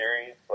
series